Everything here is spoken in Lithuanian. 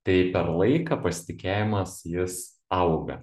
tai per laiką pasitikėjimas jis auga